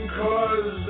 cause